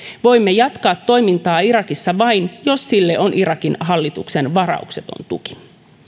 voimme jatkaa toimintaa irakissa vain jos sille on irakin hallituksen varaukseton tuki